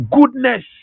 goodness